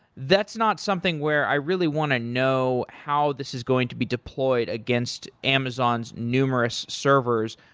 that's not something where i really want to know how this is going to be deployed against amazon's numerous servers.